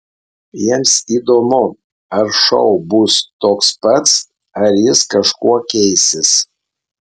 jiems įdomu ar šou bus toks pats ar jis kažkuo keisis